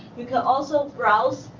you can also browse.